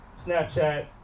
Snapchat